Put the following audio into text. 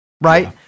right